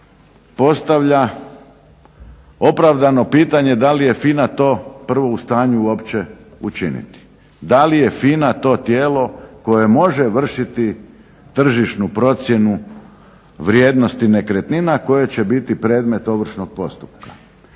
postavlja opravdano pitanje da li je FINA to prvo u stanju uopće učiniti. Da li je FINA to tijelo koje može vršiti tržišnu procjenu vrijednosti nekretnina koje će biti predmet ovršnog postupka.